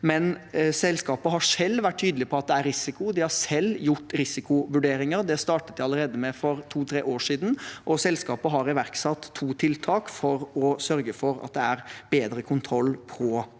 Selskapet har selv vært tydelig på at det er risiko – de har selv gjort risikovurderinger, det startet de med allerede for to–tre år siden – og selskapet har iverksatt to tiltak for å sørge for at det er bedre kontroll på disse